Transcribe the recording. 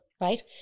Right